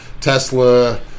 Tesla